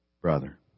brother